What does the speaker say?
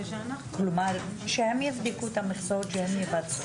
כל הטיפול